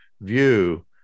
view